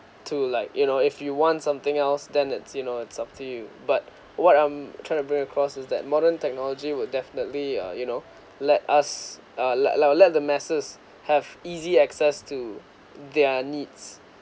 to like you know if you want something else then it's you know it's up to you but what I'm trying to bring across is that modern technology will definitely uh you know let us uh let let let the masses have easy access to their needs